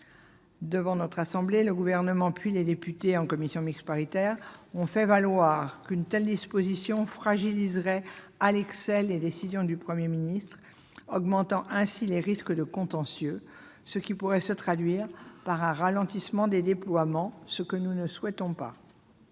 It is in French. Devant la Haute Assemblée, le Gouvernement puis, en commission mixte paritaire, les députés ont fait valoir qu'une telle disposition fragiliserait à l'excès les décisions du Premier ministre, augmentant ainsi les risques de contentieux, ce qui pourrait se traduire par un ralentissement des déploiements. Or nous ne le souhaitons pas.